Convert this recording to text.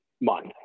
month